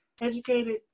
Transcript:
educated